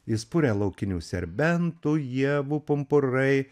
jis puria laukinių serbentų ievų pumpurai